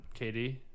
KD